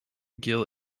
gil